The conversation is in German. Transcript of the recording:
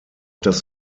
das